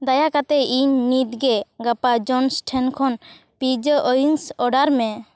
ᱫᱟᱭᱟ ᱠᱟᱛᱮᱫ ᱤᱧ ᱱᱤᱛ ᱜᱮ ᱜᱟᱯᱟ ᱡᱚᱱᱥ ᱴᱷᱮᱱ ᱠᱷᱚᱱ ᱯᱤᱡᱽᱡᱟ ᱩᱭᱤᱝᱥ ᱚᱰᱟᱨᱢᱮ